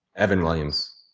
evan williams.